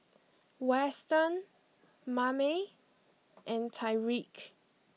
Weston Mame and Tyrique